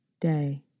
day